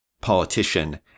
politician